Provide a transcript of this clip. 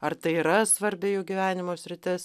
ar tai yra svarbi jų gyvenimo sritis